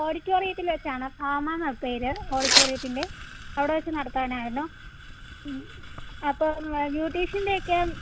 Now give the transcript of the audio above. ഓഡിറ്റോറിയത്തിൽ വെച്ചാണ് ഭാമ എന്നാണ് പേര് ഓഡിറ്റോറിയത്തിൻ്റെ അവിടെ വെച്ച് നടത്താനായിരുന്നു ഉം അപ്പം ബ്യൂട്ടിഷ്യൻ്റെ ഒക്കെ